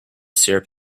syrup